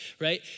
right